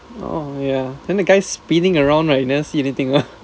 oh ya then the guy spinning around right you never see anything ah